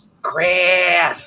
Chris